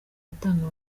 gutanga